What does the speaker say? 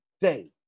day